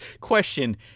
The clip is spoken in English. Question